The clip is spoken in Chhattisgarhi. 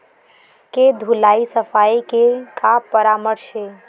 के धुलाई सफाई के का परामर्श हे?